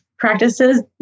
Practices